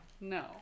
no